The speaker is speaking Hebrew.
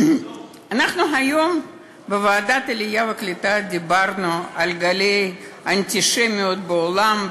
היום בוועדת העלייה והקליטה דיברנו על גלי האנטישמיות בעולם,